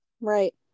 right